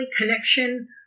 connection